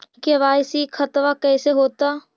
KYC खतबा कैसे होता?